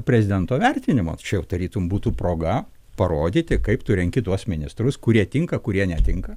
prezidento vertinimo čia jau tarytum būtų proga parodyti kaip tu renki tuos ministrus kurie tinka kurie netinka